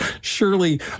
surely